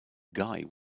guy